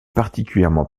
particulièrement